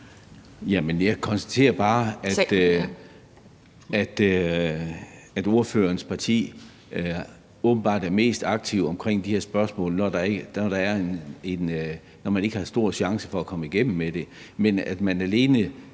Jeg konstaterer bare, at ordførerens parti åbenbart er mest aktiv i de her spørgsmål, når man ikke har store chancer for at komme igennem med dem,